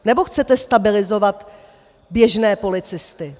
Nebo chcete stabilizovat běžné policisty?